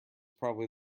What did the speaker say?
probably